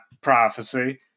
prophecy